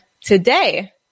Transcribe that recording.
today